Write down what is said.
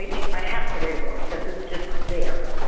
i mean i have to write a book because it's just there.